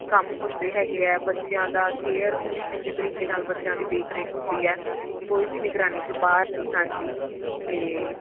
ਕੰਮ ਹੁੰਦੇ ਹੈਗੇ ਆ ਬੱਚਿਆਂ ਦਾ ਕੇਅਰ ਪੂਰੀ ਚੰਗੇ ਤਰੀਕੇ ਨਾਲ ਬੱਚਿਆਂ ਦੀ ਦੇਖ ਰੇਖ ਹੁੰਦੀ ਹੈ ਕੋਈ ਵੀ ਨਿਗਰਾਨੀ 'ਚੋਂ ਬਾਹਰ ਨਹੀਂ ਹਾਂਜੀ ਅਤੇ